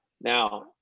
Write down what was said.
now